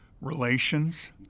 relations